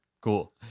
Cool